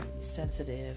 sensitive